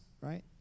right